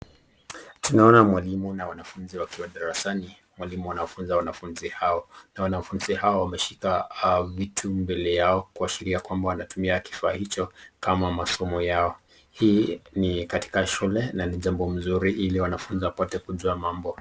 Tunaona mwalimu na wanafunzi wakiwa darasani, walimu anafunza wanafunzi hawa na wanafunzi hawa wameshika vitu mbele yao kuashiria kwamba wanatumia kifaa hicho kama masomo yao, hii ni katika shule na ni jambo mzuri ili wanafunzi wapate kujua mambo.